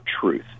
truth